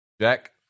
Jack